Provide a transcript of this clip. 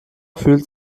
fühlt